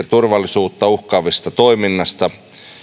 turvallisuutta uhkaavasta toiminnasta